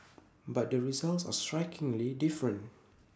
but the results are strikingly different